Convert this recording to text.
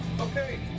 Okay